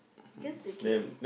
because okay